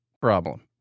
problem